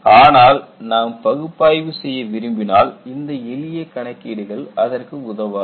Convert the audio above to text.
ஆனால் நாம் பகுப்பாய்வு செய்ய விரும்பினால் இந்த எளிய கணக்கீடுகள் அதற்கு உதவாது